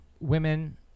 women